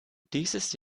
dieses